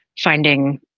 finding